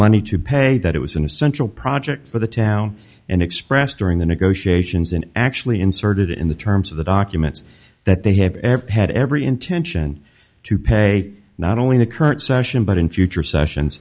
money to pay that it was an essential project for the town and expressed during the negotiations and actually inserted in the terms of the documents that they have ever had every intention to pay not only the current session but in future sessions